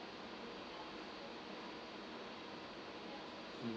mmhmm